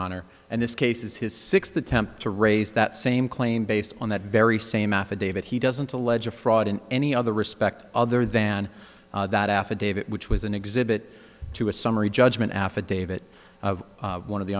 honor and this case is his sixth attempt to raise that same claim based on that very same affidavit he doesn't allege of fraud in any other respect other than that affidavit which was an exhibit to a summary judgment affidavit of one of the